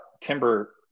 timber